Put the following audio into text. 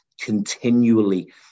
continually